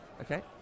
Okay